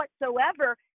whatsoever